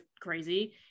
crazy